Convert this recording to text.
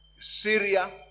Syria